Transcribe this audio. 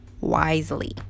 wisely